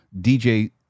DJ